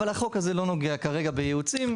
אבל החוק הזה לא נוגע כרגע בייעוץ.